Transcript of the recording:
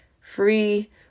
free